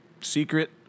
secret